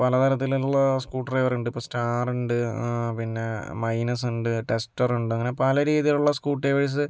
പല തരത്തിലുള്ള സ്ക്രൂ ഡ്രൈവറുണ്ട് ഇപ്പോൾ സ്റ്റാറുണ്ട് പിന്നെ മൈനസ് ഉണ്ട് ടെസ്റ്ററുണ്ട് അങ്ങനെ പല രീതിലുള്ള സ്ക്രൂ ഡ്രൈവേഴ്സ്